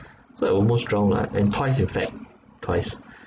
so I almost drowned lah and twice in fact twice